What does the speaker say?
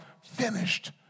finished